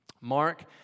Mark